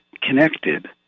connected